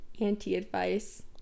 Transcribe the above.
anti-advice